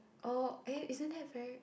oh eh isn't it very